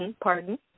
Pardon